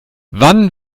wann